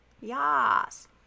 Yes